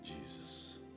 Jesus